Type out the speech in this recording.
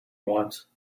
once